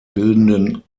bildenden